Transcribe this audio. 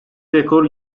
rekor